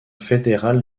fédérale